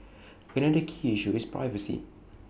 another key issue is privacy